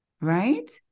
right